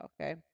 okay